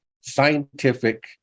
scientific